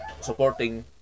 Supporting